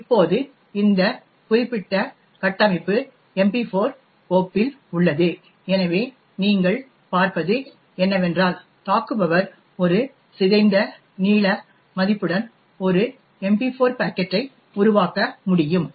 இப்போது இந்த குறிப்பிட்ட கட்டமைப்பு MP4 கோப்பில் உள்ளது எனவே நீங்கள் பார்ப்பது என்னவென்றால் தாக்குபவர் ஒரு சிதைந்த நீள மதிப்புடன் ஒரு MP4 பாக்கெட்டை உருவாக்க முடியும்